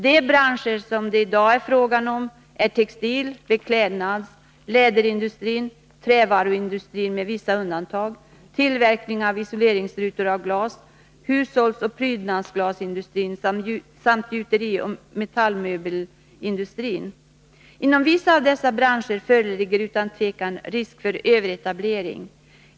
De branscher det är fråga om i dag är textil-, beklädnadsoch läderindustrin, trävaruindustrin med vissa undantag, tillverkning av isoleringsrutor av glas, hushållsoch prydnadsglasindustrin samt gjuterioch metallmöbelindustrin. Inom vissa av dessa branscher föreligger utan tvekan risk för överetablering.